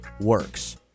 works